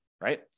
right